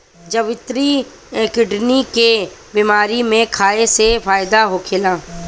जावित्री किडनी के बेमारी में खाए से फायदा होखेला